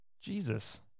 Jesus